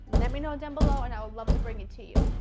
let me know down below and i would love to bring it to you.